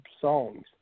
songs